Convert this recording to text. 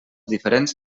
diferents